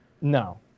No